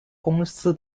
公司